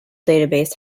database